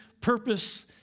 purpose